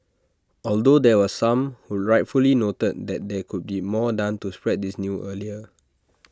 although there were some who rightfully noted that there could be more done to spread this new earlier